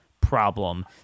problem